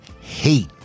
hate